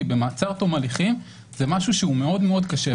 במעצר עד תום ההליכים זה משהו שהוא מאוד קשה.